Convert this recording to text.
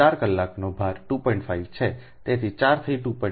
તેથી 4 થી 2